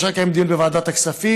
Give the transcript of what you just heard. אפשר לקיים דיון בוועדת הכספים,